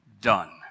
done